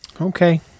Okay